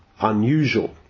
unusual